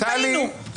פשוט טעינו.